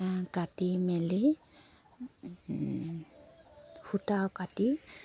কাটি মেলি সূতাও কাটি